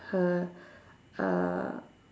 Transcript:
her uh